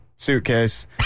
suitcase